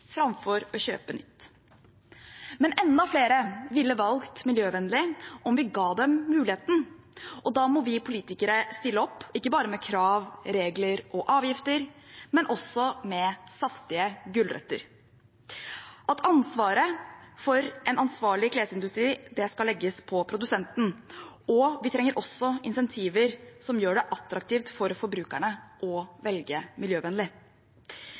framfor å kjøpe nytt. Men enda flere ville valgt miljøvennlig om vi ga dem muligheten, og da må vi politikere stille opp, ikke bare med krav, regler og avgifter, men også med saftige gulrøtter. Ansvaret for en ansvarlig klesindustri skal legges på produsenten, og vi trenger også incentiver som gjør det attraktivt for forbrukerne å velge miljøvennlig.